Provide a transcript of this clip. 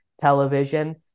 television